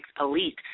elite